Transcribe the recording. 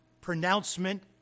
pronouncement